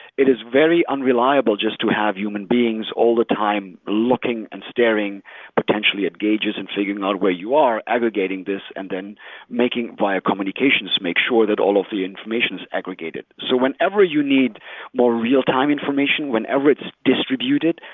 it is very unreliable just to have human beings all the time looking and staring potentially at gauges and figuring out where you are aggregating this and then making via communications to make sure that all of the information is aggregated. so whenever you need more real-time information, whenever it's distributed,